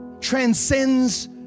transcends